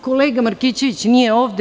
Kolega Markićević nije ovde.